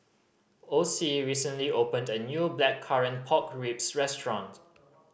Ocie recently opened a new Blackcurrant Pork Ribs restaurant